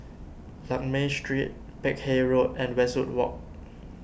Lakme Street Peck Hay Road and Westwood Walk